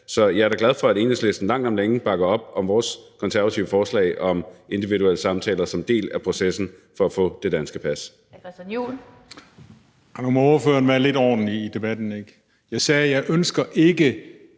Så jeg er da glad for, at Enhedslisten langt om længe bakker op om vores konservative forslag om individuelle samtaler som en del af processen for at få det danske pas.